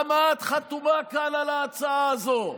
גם את חתומה כאן על ההצעה הזאת,